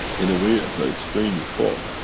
in a way, as i explained before,